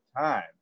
time